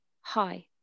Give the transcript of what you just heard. hi